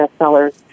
bestsellers